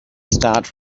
start